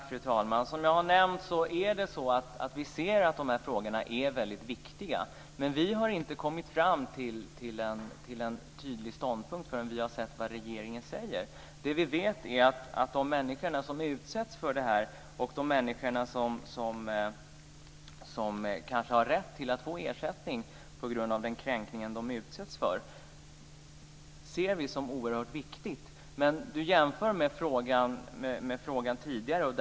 Fru talman! Som jag har nämnt anser vi att frågorna är väldigt viktiga. Men vi intar inte en tydlig ståndpunkt förrän vi har sett vad regeringen säger. Vi anser att frågan om de människor som utsätts för kränkning och de människor som kanske har rätt till en ersättning på grund av den kränkning som de utsätts som oerhört viktig. Berit Adolfsson jämför med den fråga som tidigare behandlades i dag.